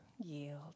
yield